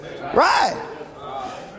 Right